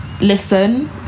listen